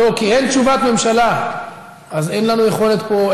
לא, כי אין תשובת ממשלה אז אין לנו יכולת פה.